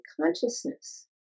consciousness